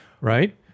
right